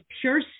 pure